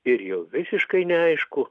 ir jau visiškai neaišku